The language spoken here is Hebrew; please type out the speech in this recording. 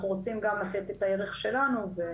אנחנו רוצים גם לתת את הערך שלנו.